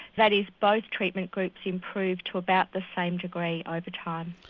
that is, both treatment groups improved to about the same degree over time.